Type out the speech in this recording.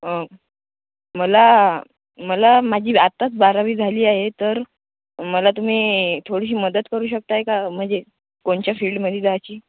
मला मला माझी आताच बारावी झाली आहे तर मला तुम्ही थोडीशी मदत करू शकत आहे का म्हणजे कोणच्या फील्डमध्ये जायची